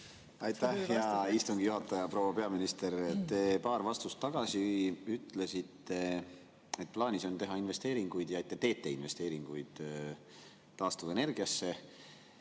Aitäh, hea istungi juhataja! Proua peaminister! Te paar vastust tagasi ütlesite, et plaanis on teha investeeringuid ja et te teete investeeringuid taastuvenergiasse,